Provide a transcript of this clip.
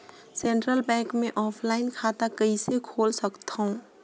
Central bank मे offline खाता कइसे खोल सकथव?